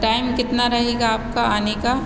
time कितना रहेगा आपका आने का